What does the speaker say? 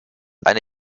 eine